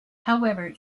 however